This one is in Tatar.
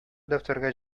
дәфтәргә